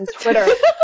Twitter